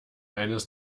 eines